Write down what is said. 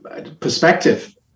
perspective